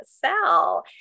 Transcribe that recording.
Sal